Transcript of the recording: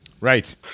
Right